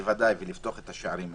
בוודאי, ולפתוח את השערים האלה,